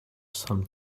some